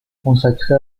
consacré